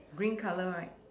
green colour right